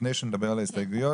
לפני שנדבר על ההסתייגויות,